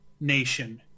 nation